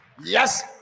Yes